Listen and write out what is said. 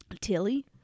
Tilly